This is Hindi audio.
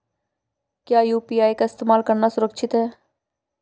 क्या यू.पी.आई का इस्तेमाल करना सुरक्षित है?